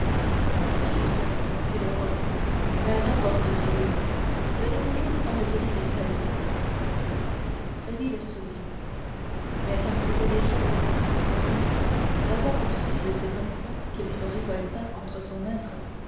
c'est juste dit le roi mais n'importe tréville venez toujours par le petit escalier tréville sourit mais comme c'était déjà beaucoup pour lui d'avoir obtenu de cet enfant qu'il se révoltât contre son maître